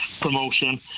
promotion